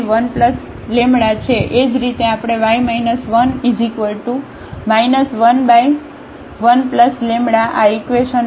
એ જ રીતે આપણે y 1 11λ આ ઇકવેશન મળશે